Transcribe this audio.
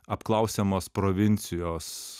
apklausiamos provincijos